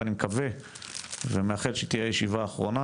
ואני מקווה ומאחל שהיא תהיה הישיבה האחרונה,